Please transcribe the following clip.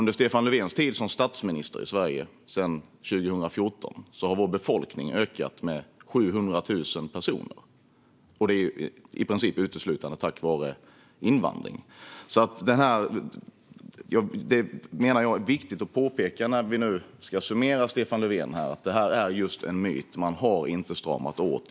Under Stefan Löfvens tid som Sveriges statsminister, sedan 2014, har vår befolkning ökat med 700 000 personer i princip uteslutande till följd av invandringen. När vi nu ska summera Stefan Löfven menar jag att det är viktigt att påpeka att det här är just en myt. Man har inte stramat åt.